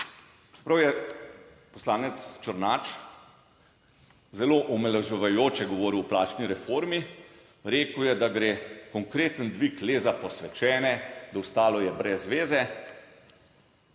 čeprav je poslanec Černač zelo omaloževajoče govoril o plačni reformi, rekel je, da gre konkreten dvig le za posvečene, da ostalo je brez veze.